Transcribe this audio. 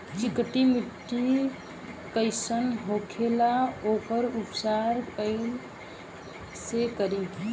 चिकटि माटी कई सन होखे ला वोकर उपचार कई से करी?